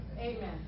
Amen